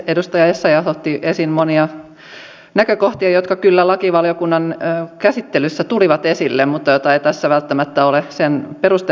edustaja essayah otti esiin monia näkökohtia jotka kyllä lakivaliokunnan käsittelyssä tulivat esille mutta joita ei tässä välttämättä ole sen perusteellisemmin käsitelty